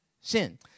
sin